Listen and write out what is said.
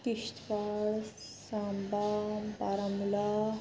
Kishtwar Samba Baramulla